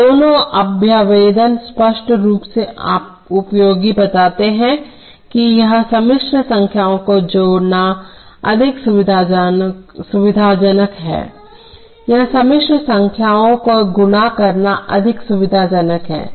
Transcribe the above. अब दोनों अभ्यावेदन स्पष्ट रूप से उपयोगी बताते हैं कि यह सम्मिश्र संख्याओं को जोड़ना अधिक सुविधाजनक है यह सम्मिश्र संख्याओं को गुणा करना अधिक सुविधाजनक है